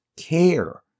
care